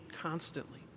constantly